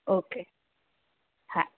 okay હા